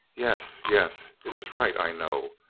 yes, yes, it is right, i know.